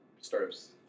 startups